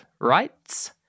rights